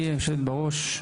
בראש,